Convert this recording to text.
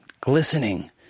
glistening